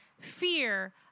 fear